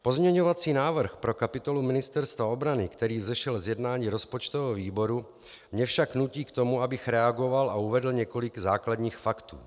Pozměňovací návrh pro kapitolu Ministerstva obrany, který vzešel z jednání rozpočtového výboru, mě však nutí k tomu, abych reagoval a uvedl několik základních faktů.